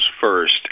first